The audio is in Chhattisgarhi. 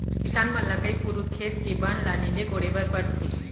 किसान मन ल कई पुरूत खेत के बन ल नींदे कोड़े बर परथे